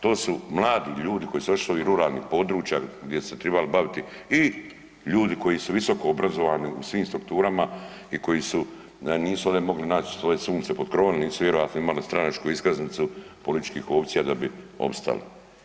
To su mladi ljudi koji su otišli sa ruralnih područja, gdje su se trebali baviti i ljudi koji su visokoobrazovani u svim strukturama i koji nisu ovdje mogli naći svoje sunce pod krovom jer nisu vjerovatno imali stranačku iskaznicu političkih opcija da bi opstali.